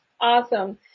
Awesome